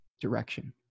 direction